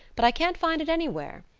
but i can't find it anywhere.